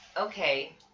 okay